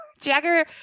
Jagger